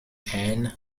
ann